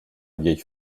vieille